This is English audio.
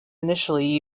initially